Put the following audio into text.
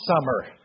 summer